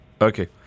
Okay